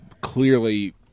clearly